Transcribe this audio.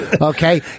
Okay